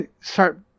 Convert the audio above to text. start